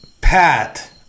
Pat